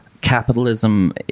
capitalism